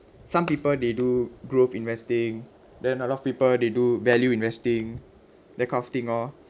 some people they do growth investing then a lot of people they do value investing that kind of thing orh